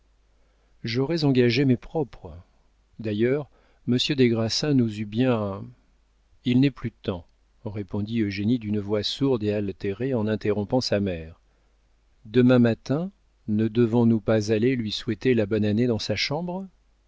j'aurais engagé mes propres d'ailleurs monsieur des grassins nous eût bien il n'est plus temps répondit eugénie d'une voix sourde et altérée en interrompant sa mère demain matin ne devons-nous pas aller lui souhaiter la bonne année dans sa chambre